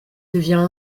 devient